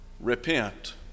repent